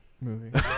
movie